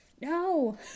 No